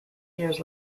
years